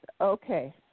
okay